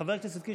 חבר הכנסת קיש,